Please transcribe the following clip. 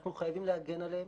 אנחנו חייבים להגן עליהם.